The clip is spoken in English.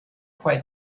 quite